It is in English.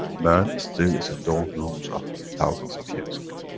man still is in doldrums of thousands of years